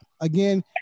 again